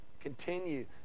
continue